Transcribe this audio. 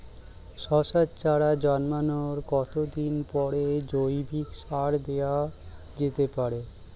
শশার চারা জন্মানোর কতদিন পরে জৈবিক সার দেওয়া যেতে পারে?